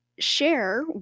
share